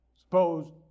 Suppose